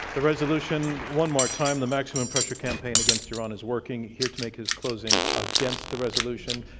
the resolution one more time, the maximum pressure campaign against iran is working. here to make his closing against the resolution,